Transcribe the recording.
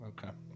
Okay